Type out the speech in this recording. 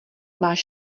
máš